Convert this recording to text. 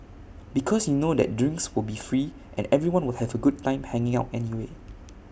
because you know that drinks will be free and everyone will have A good time hanging out anyway